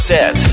Set